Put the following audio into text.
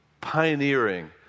pioneering